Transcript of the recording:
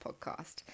podcast